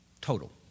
Total